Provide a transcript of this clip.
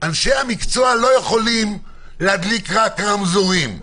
אנשי המקצוע לא יכולים רק להדליק רמזורים,